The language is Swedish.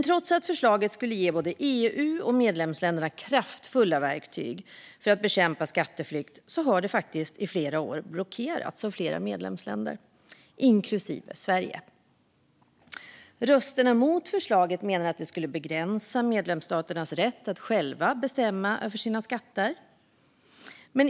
Trots att förslaget skulle ge både EU och medlemsländerna kraftfulla verktyg för att bekämpa skatteflykt har det i flera år blockerats av flera medlemsländer, inklusive Sverige. Rösterna mot förslaget menar att det skulle begränsa medlemsstaternas rätt att själva bestämma över sina skatter.